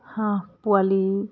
হাঁহ পোৱালি